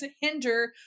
hinder